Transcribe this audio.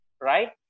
Right